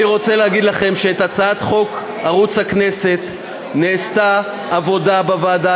אני רוצה להגיד לכם שבהצעת חוק ערוץ הכנסת נעשתה עבודה בוועדה,